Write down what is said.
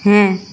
হ্যাঁ